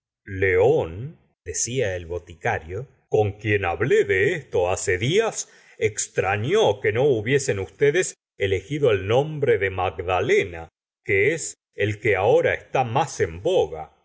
extraños leóndecla el boticario con quien hable de esto hace días extrañó que no hubiesen ustedes elegido el nombre de magdalena que es el que ahora está más en boga